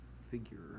figure